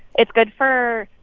it's good for,